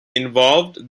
involved